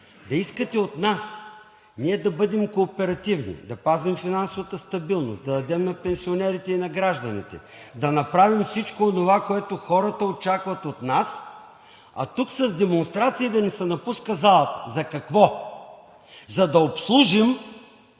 да искате от нас ние да бъдем кооперативни, да пазим финансовата стабилност, да дадем на пенсионерите и на гражданите, да направим всичко онова, което хората очакват от нас, а тук с демонстрации да ни се напуска залата. За какво? За да обслужим